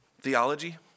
Theology